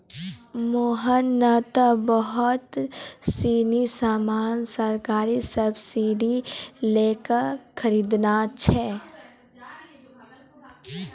मोहन नं त बहुत सीनी सामान सरकारी सब्सीडी लै क खरीदनॉ छै